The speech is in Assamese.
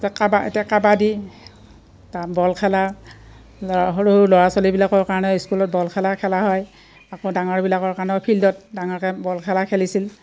এ কাবা এতিয়া কাবাডী তা বল খেলা ল সৰু সৰু ল'ৰা ছোৱালীবিলাকৰ কাৰণে স্কুলত বল খেলা খেলা হয় আকৌ ডাঙৰবিলাকৰ কাৰণেও ফিল্ডত ডাঙৰকৈ বল খেলা খেলিছিল